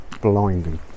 blinding